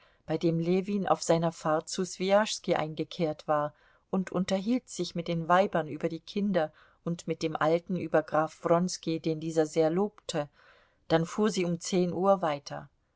bei dem ljewin auf seiner fahrt zu swijaschski eingekehrt war und unterhielt sich mit den weibern über die kinder und mit dem alten über graf wronski den dieser sehr lobte dann fuhr sie um zehn uhr weiter